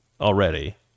already